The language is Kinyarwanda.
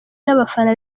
n’abafana